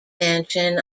mansion